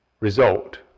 result